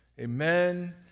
Amen